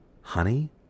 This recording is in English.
Honey